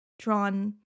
drawn